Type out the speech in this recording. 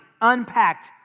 unpacked